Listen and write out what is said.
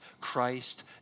Christ